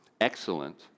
excellent